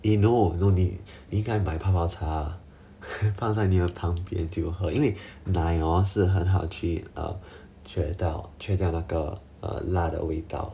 eh no no need 你应该买泡泡茶放在你的旁边就喝因为奶 hor 是很好去去掉去掉那个辣的味道